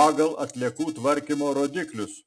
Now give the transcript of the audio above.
pagal atliekų tvarkymo rodiklius